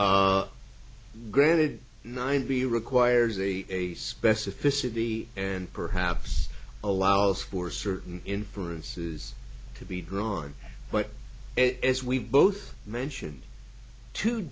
jury granted nine b requires a specificity and perhaps allows for certain inferences to be drawn but it as we've both mentioned two